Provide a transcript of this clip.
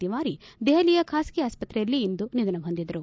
ಶಿವಾರಿ ದೆಹಲಿಯ ಖಾಸಗಿ ಆಸ್ತ್ರೆಯಲ್ಲಿ ಇಂದು ನಿಧನ ಹೊಂದಿದರು